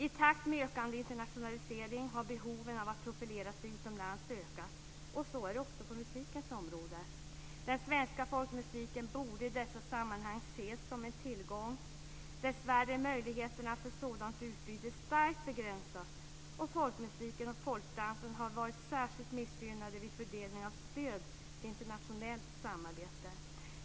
I takt med ökande internationalisering har behoven av att profilera sig utomlands ökat. Så är det också på musikens område. Den svenska folkmusiken borde i dessa sammanhang ses som en tillgång. Dessvärre är möjligheterna för sådant utbyte starkt begränsat. Folkmusiken och folkdansen har var särskilt missgynnade vid fördelning av stöd till internationellt samarbete.